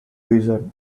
wizard